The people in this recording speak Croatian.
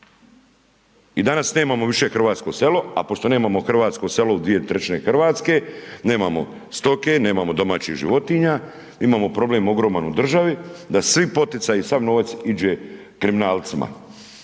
I danas nemamo više hrvatsko selo, a pošto nemamo hrvatsko selo u 2/3 Hrvatske, nemamo stoke, nemamo domaćih životinja, imamo problem ogroman u državi, da svi poticaji i sav novac iđe kriminalcima,